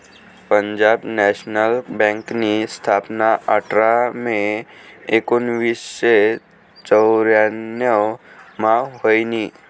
Punjab national बँकनी स्थापना आठरा मे एकोनावीसशे चौर्यान्नव मा व्हयनी